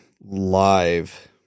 live